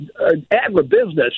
agribusiness